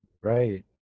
right